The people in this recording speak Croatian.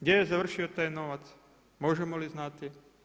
Gdje je završio taj novac, možemo li znati?